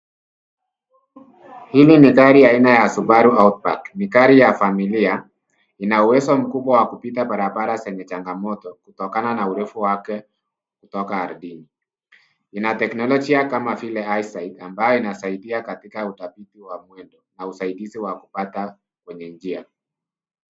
Hili ni gari aina ya Subaru Outback . Ni gari ya familia. Ina uwezo mkubwa wa kupita barabara zenye changamoto kutokana na urefu wake kutoka ardhini. Ina teknolojia kama vile hisight ambayo inasaidia katika utafiti wa mwendo na usaidizi wa kupata kwenye njia.